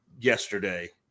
yesterday